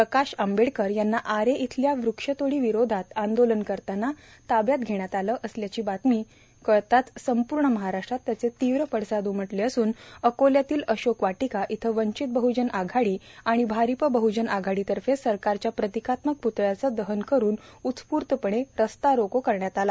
प्रकाश आंबेडकर यांना आरे येथील वृक्षतोडी विरोधात आंदोलन करताना ताब्यात घेण्यात आले असल्याची बातमी कळताच संपूर्ण महाराष्ट्रात त्याचे तीव्र पडसाद उमटले असून अकोल्यातील अशोक वाटिका इथं वंचित बहजन आघाडी आणि आरिप बहजन आघाडी तर्फे सरकारच्या प्रतिकात्मक प्तळ्याचे दहन करून उत्स्फूर्तपणे रास्ता रोको करण्यात आला